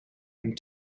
and